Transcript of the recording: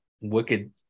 wicked